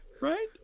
Right